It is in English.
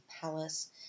palace